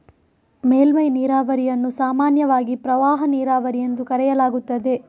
ಮೇಲ್ಮೈ ನೀರಾವರಿಯನ್ನು ಸಾಮಾನ್ಯವಾಗಿ ಪ್ರವಾಹ ನೀರಾವರಿ ಎಂದು ಕರೆಯಲಾಗುತ್ತದೆ